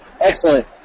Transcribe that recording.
Excellent